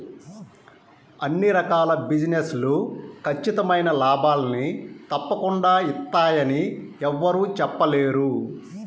అన్ని రకాల బిజినెస్ లు ఖచ్చితమైన లాభాల్ని తప్పకుండా ఇత్తయ్యని యెవ్వరూ చెప్పలేరు